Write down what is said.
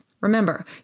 Remember